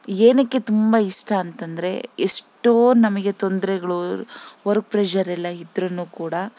ಏನಕ್ಕೆ ತುಂಬ ಇಷ್ಟ ಅಂತಂದರೆ ಎಷ್ಟೋ ನಮಗೆ ತೊಂದರೆಗಳು ವರ್ಕ್ ಪ್ರೆಷರ್ ಎಲ್ಲ ಇದ್ರು ಕೂಡ